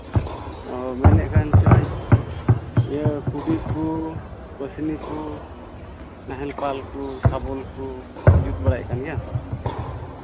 ᱚ ᱢᱮᱱᱮᱫ ᱠᱟᱱᱪᱚᱧ ᱤᱭᱟᱹ ᱠᱩᱰᱤ ᱠᱚ ᱯᱟᱹᱥᱱᱤ ᱠᱚ ᱱᱟᱦᱮᱞ ᱯᱷᱟᱞᱠᱚ ᱥᱟᱵᱚᱞ ᱠᱚ ᱡᱩᱛ ᱵᱟᱲᱟᱭᱮᱫ ᱠᱟᱱ ᱜᱮᱭᱟᱢ